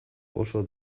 oso